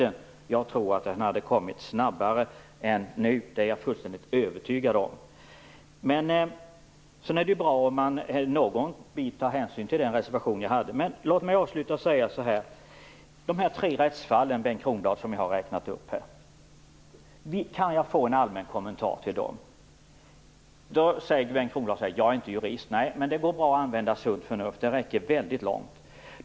Jag är fullständigt övertygad om att den hade kommit snabbare än den nu har gjort. Det är bra om man i någon mån tar hänsyn till den reservation som jag hade. Låt mig avsluta med att fråga om jag kan få en allmän kommentar till de tre rättsfall som jag beskrev. Bengt Kronblad säger att han inte är jurist. Nej, men det går bra att använda sunt förnuft - det räcker väldigt långt.